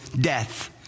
death